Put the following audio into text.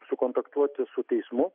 sukontaktuoti su teismu